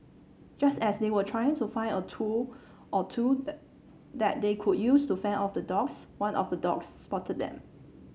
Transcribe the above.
just as they were trying to find a tool or two that they could use to fend off the dogs one of the dogs spotted them